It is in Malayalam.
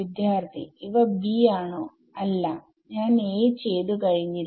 വിദ്യാർത്ഥി ഇവ b ആണോ അല്ല ഞാൻ a ചെയ്തുകഴിഞ്ഞില്ല